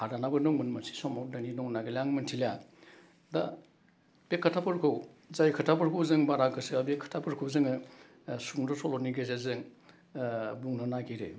हादानाबो दंमोन मोनसे समाव दिनै दंना गैला आं मोनथिलिया दा बे खोथाफोरखौ जाय खोथाफोरखौ जों बारा गोसोआ बे खोथाफोरखौ जोङो सुंद' सल'नि गेजेरजों बुंनो नागिरो